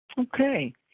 Okay